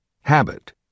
Habit